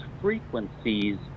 frequencies